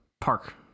Park